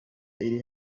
iri